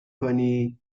کنی